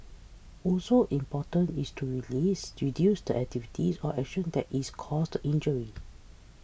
also important is to release reduce the activities or action that is causing the injury